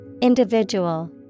Individual